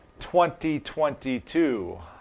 2022